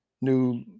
new